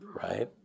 Right